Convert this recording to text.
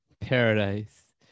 paradise